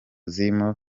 zirimo